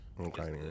Okay